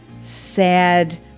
sad